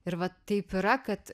ir vat taip yra kad